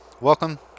welcome